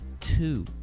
two